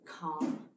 calm